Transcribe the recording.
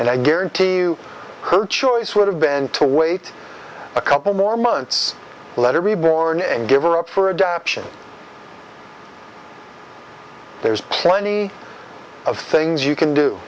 and i guarantee you her choice would have been to wait a couple more months letter reborn and give her up for adoption there's plenty of things you can do